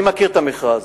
אני מכיר את המכרז.